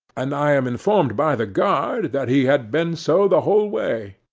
and i am informed by the guard that he had been so the whole way.